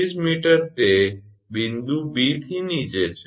0 𝑚 તે બિંદુ 𝐵 થી નીચે છે